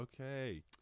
okay